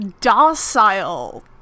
docile